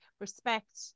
respect